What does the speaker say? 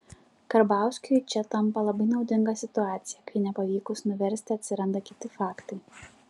karbauskiui čia tampa labai naudinga situacija kai nepavykus nuversti atsiranda kiti faktai